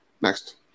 Next